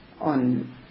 on